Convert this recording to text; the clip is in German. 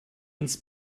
ins